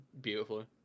beautifully